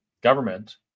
government